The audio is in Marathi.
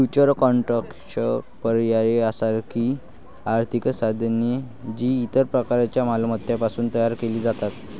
फ्युचर्स कॉन्ट्रॅक्ट्स, पर्याय यासारखी आर्थिक साधने, जी इतर प्रकारच्या मालमत्तांपासून तयार केली जातात